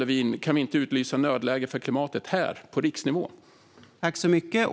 Varför kan vi inte utlysa nödläge för klimatet här, på riksnivå, Isabella Lövin?